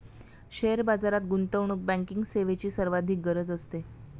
share बाजारात गुंतवणूक banking सेवेची सर्वाधिक गरज असते